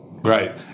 right